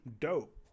dope